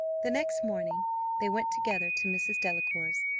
the next morning they went together to mrs. delacour's.